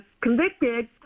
convicted